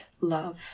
love